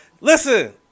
Listen